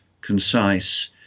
concise